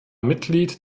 mitglied